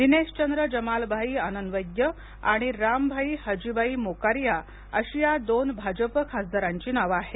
दिनेशचंद्र जमालभाई आननवैद्य आणि रामभाई हजीभाई मोकारीया अशी या दोन भाजप खासदारांची नावे आहेत